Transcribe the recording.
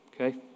Okay